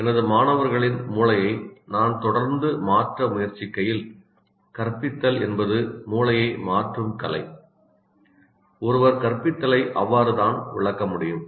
எனது மாணவர்களின் மூளையை நான் தொடர்ந்து மாற்ற முயற்சிக்கையில் கற்பித்தல் என்பது மூளையை மாற்றும் கலை ஒருவர் கற்பித்தலை அவ்வாறு தான் விளக்க முடியும்